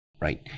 Right